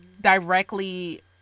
directly